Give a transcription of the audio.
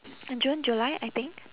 june july I think